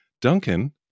Duncan